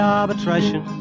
arbitration